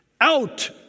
out